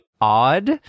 odd